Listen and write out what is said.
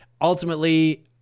Ultimately